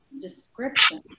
description